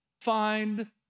find